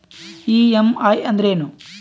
EMI ಅಂದ್ರೇನು?